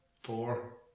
four